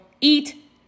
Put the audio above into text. eat